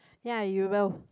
ya you will